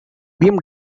beam